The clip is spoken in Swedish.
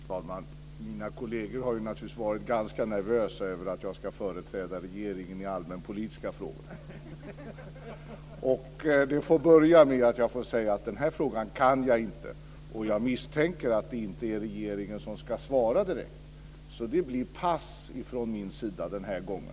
Fru talman! Mina kolleger har naturligtvis varit ganska nervösa över att jag ska företräda regeringen i allmänpolitiska frågor. Jag får väl börja med att säga att jag inte kan den här frågan. Jag misstänker att det inte är regeringen som ska svara direkt. Det blir pass från min sida den här gången.